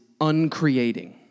uncreating